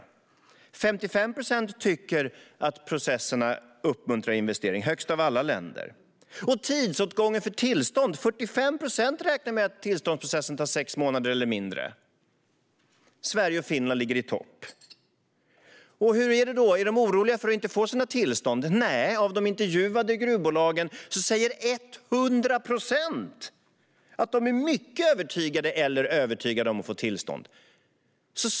Det är 55 procent som tycker att processerna uppmuntrar investering. Det är högst av alla län När det gäller tidsåtgången för tillstånd räknar 45 procent med att tillståndsprocessen tar sex månader eller mindre. Sverige och Finland ligger i topp. Är de oroliga för att inte få sina tillstånd? Nej, av de intervjuade gruvbolagen säger 100 procent att de är mycket övertygade eller övertygade om att få tillstånd.